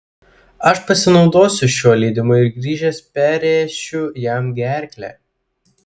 aš pasinaudosiu šiuo leidimu ir grįžęs perrėšiu jam gerklę